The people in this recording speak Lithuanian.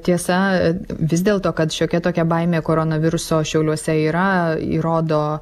tiesa vis dėlto kad šiokia tokia baimė koronaviruso šiauliuose yra įrodo